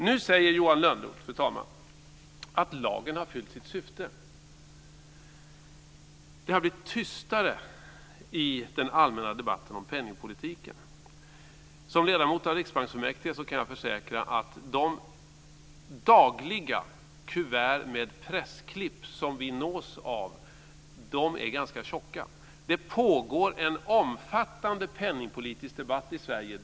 Nu säger Johan Lönnroth, fru talman, att lagen har fyllt sitt syfte och att det har blivit tystare i den allmänna debatten om penningpolitiken. Som ledamot av riksbanksfullmäktige kan jag försäkra att de dagliga kuvert med pressklipp som vi nås av är ganska tjocka. Det pågår dagligen en omfattande penningpolitisk debatt i Sverige.